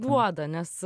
duoda nes